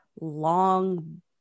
long